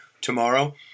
tomorrow